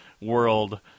world